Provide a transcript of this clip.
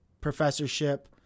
professorship